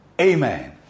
amen